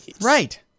Right